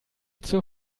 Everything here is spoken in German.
zur